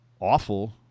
awful